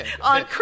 on